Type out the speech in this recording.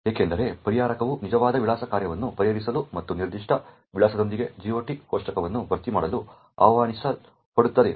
ಏಕೆಂದರೆ ಪರಿಹಾರಕವು ನಿಜವಾದ ವಿಳಾಸ ಕಾರ್ಯವನ್ನು ಪರಿಹರಿಸಲು ಮತ್ತು ನಿರ್ದಿಷ್ಟ ವಿಳಾಸದೊಂದಿಗೆ GOT ಕೋಷ್ಟಕವನ್ನು ಭರ್ತಿ ಮಾಡಲು ಆಹ್ವಾನಿಸಲ್ಪಡುತ್ತದೆ